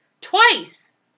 twice